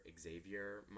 xavier